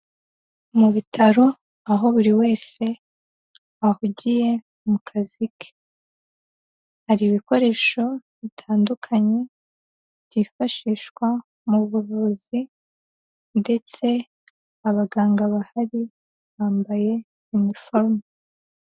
Mu bitaro aho buri wese ahugiye mu kazi ke, hari ibikoresho bitandukanye byifashishwa mu buvuzi ndetse abaganga bahari bambaye iniforume.